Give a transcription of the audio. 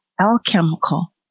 alchemical